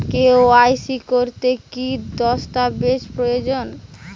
KYC করতে কি দস্তাবেজ প্রয়োজন?